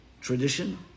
tradition